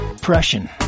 Prussian